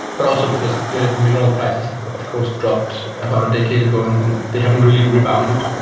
but also because the the mineral prices have of course dropped about a decade ago and and they haven't really rebounded,